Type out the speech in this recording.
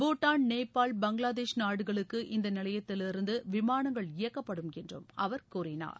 பூட்டான் நேபாள் பங்களாதேஷ் நாடுகளுக்கு இந்த நிலையத்திலிருந்து விமானங்கள் இயக்கப்படும் என்று அவர் கூறினார்